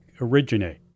originate